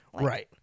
Right